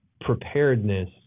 preparedness